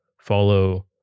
follow